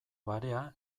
barea